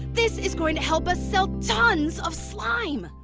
this is going to help us sell tons of slime!